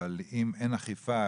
אבל אם אין אכיפה,